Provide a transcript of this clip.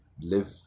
live